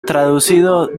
traducido